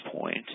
point